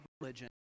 religion